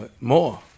more